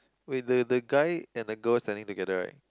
wait the the guy and the girl standing together right